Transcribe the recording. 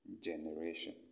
generation